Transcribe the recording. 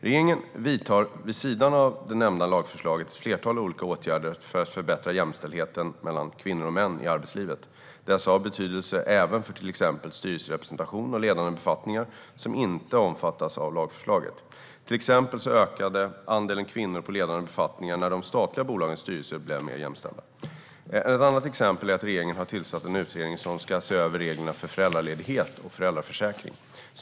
Regeringen vidtar vid sidan av det nämnda lagförslaget ett flertal olika åtgärder för att förbättra jämställdheten mellan kvinnor och män i arbetslivet. Dessa har betydelse även för till exempel styrelserepresentation och ledande befattningar som inte omfattas av lagförslaget. Till exempel ökade andelen kvinnor på ledande befattningar när de statliga bolagens styrelser blev mer jämställda. Ett annat exempel är att regeringen har tillsatt en utredning som ska se över reglerna för föräldraledighet och föräldraförsäkring.